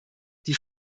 die